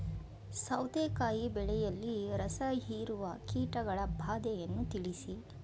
ಸೌತೆಕಾಯಿ ಬೆಳೆಯಲ್ಲಿ ರಸಹೀರುವ ಕೀಟಗಳ ಬಾಧೆಯನ್ನು ತಿಳಿಸಿ?